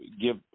give